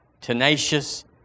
tenacious